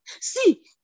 See